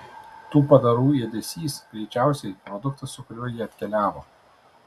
tų padarų ėdesys greičiausiai produktas su kuriuo jie atkeliavo